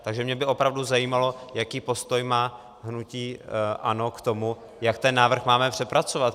Takže mě by opravdu zajímalo, jaký postoj má hnutí ANO k tomu, jak ten návrh máme přepracovat.